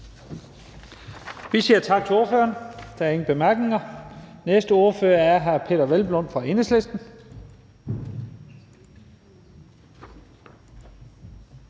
Vi siger tak til ordføreren – der er ingen korte bemærkninger. Den næste ordfører er hr. Peder Hvelplund fra Enhedslisten.